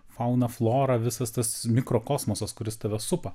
fauna flora visas tas mikrokosmosas kuris tave supa